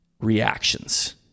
reactions